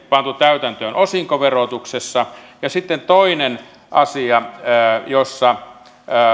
pantu täytäntöön osinkoverotuksessa ja sitten on toinen asia jossa